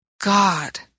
God